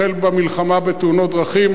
החל במלחמה בתאונות דרכים.